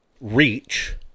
reach